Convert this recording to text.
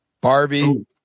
barbie